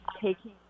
taking